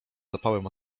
zapałem